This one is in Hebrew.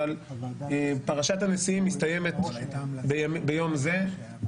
הקריאה בפרשת הנשיאים מסתיימת ביום זה.